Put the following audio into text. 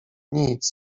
nic